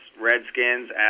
redskins